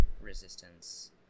resistance